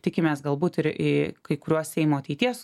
tikimės galbūt ir į kai kuriuos seimo ateities